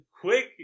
quick